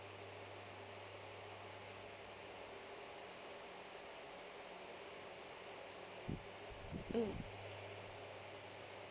mm